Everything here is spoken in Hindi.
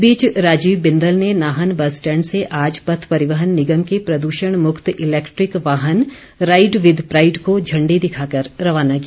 इस बीच राजीव बिंदल ने नाहन बस स्टेंड से आज पथ परिवहन निगम के प्रद्षण मुक्त इलेक्ट्रिक वाहन राईड विद प्राइड को झण्डी दिखाकर रवाना किया